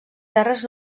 terres